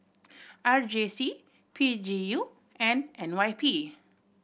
R J C P G U and N Y P